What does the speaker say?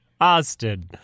Austin